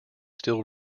still